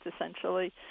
essentially